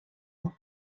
haut